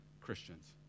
Christians